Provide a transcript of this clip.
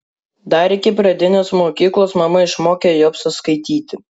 dar iki pradinės mokyklos mama išmokė jobsą skaityti